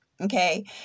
Okay